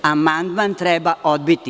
Amandman treba odbiti.